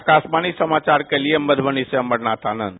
आकाशवाणी समाचार के लिए मधुबनी से अमरनाथ आनंद